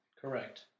correct